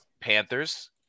Panthers